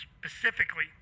specifically